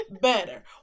better